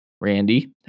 Randy